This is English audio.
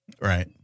Right